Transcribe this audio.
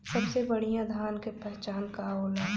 सबसे बढ़ियां धान का पहचान का होला?